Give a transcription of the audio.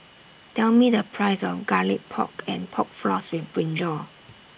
Tell Me The Price of Garlic Pork and Pork Floss with Brinjal